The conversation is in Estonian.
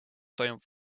toimub